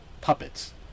puppets